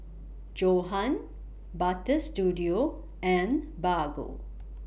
Johan Butter Studio and Bargo